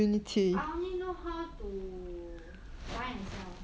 I only know how to buy and sell